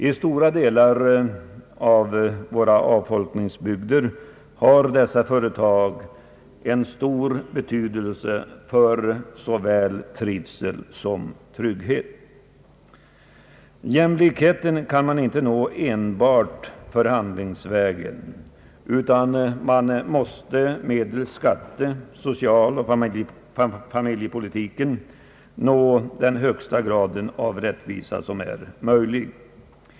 I stora delar av våra avfolkningsbygder har dessa företag stor betydelse för såväl trivsel som trygghet. Jämlikheten kan man inte nå enbart förhandlingsvägen, utan man måste använda skatte-, socialoch familjepolitiken för att nå högsta möjliga grad av rättvisa.